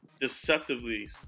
deceptively